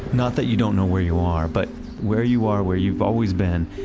not that you don't know where you are but where you are, where you've always been,